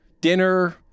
dinner